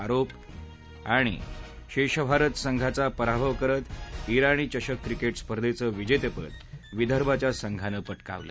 आरोप शेषभारत संघाचा पराभव करत ताणी चषक क्रिकेट स्पर्धेचं विजेतेपद विदर्भानं पटकावलं